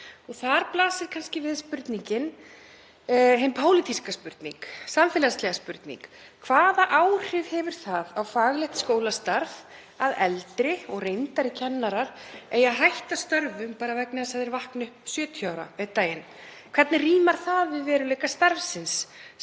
Þar blasir kannski við spurningin, hin pólitíska spurning, hin samfélagslega spurning: Hvaða áhrif hefur það á faglegt skólastarf að eldri og reyndari kennarar eigi að hætta störfum bara vegna þess að þeir vakni upp 70 ára einn daginn? Hvernig rímar það við eðli starfsins,